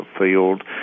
field